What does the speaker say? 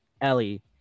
Ellie